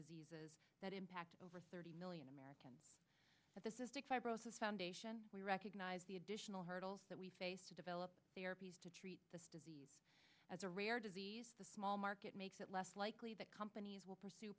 diseases that impact over thirty million americans at the cystic fibrosis foundation we recognize the additional hurdles that we face to develop therapies to treat disease as a rare disease the small market makes it less likely that companies will pursue